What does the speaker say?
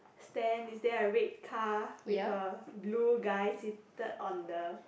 stand is there a red car with a blue guy seated on the